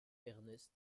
ernest